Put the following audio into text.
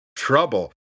Trouble